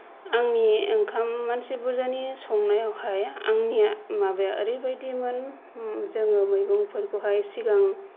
आंनि ओंखाम मानसि बुरजानि संनायावहाय आंनि माबाया ओरैबायदिमोन जोङो मैगंफोरखौहाय सिगां